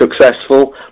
successful